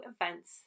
events